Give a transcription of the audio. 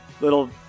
little